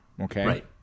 okay